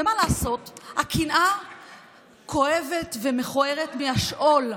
ומה לעשות, הקנאה כואבת ומכוערת מהשאול,